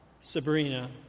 Sabrina